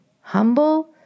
humble